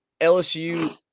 LSU